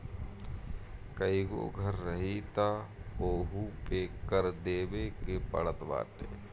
कईगो घर रही तअ ओहू पे कर देवे के पड़त बाटे